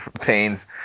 pains